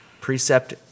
precept